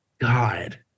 God